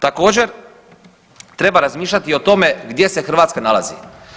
Također, treba razmišljati i o tome gdje se Hrvatska nalazi.